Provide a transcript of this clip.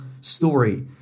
story